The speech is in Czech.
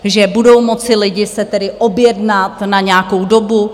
Že budou moci lidé se tedy objednat na nějakou dobu.